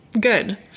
Good